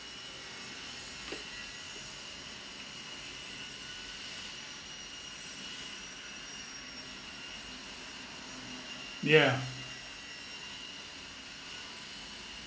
yeah